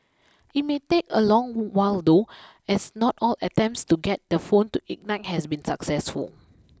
it may take a long while though as not all attempts to get the phone to ignite has been successful